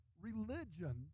Religion